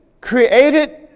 created